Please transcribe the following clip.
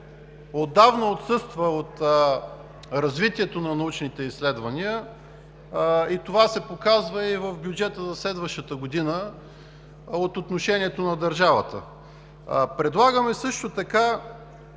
отдавна отсъства от развитието на научните изследвания и това се показва и в бюджета за следващата година, от отношението на държавата. Предлагаме също така